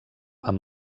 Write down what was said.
amb